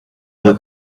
will